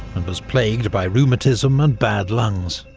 and was plagued by rheumatism and bad lungs.